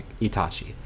Itachi